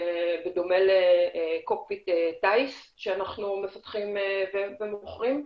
בדומה לקוקפיט טייס שאנחנו מפתחים ומוכרים,